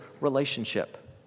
relationship